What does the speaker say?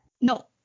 No